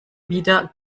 wieder